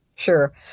Sure